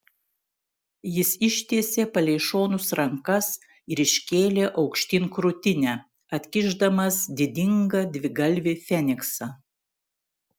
jis ištiesė palei šonus rankas ir iškėlė aukštyn krūtinę atkišdamas didingą dvigalvį feniksą